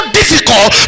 difficult